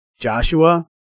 Joshua